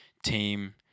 Team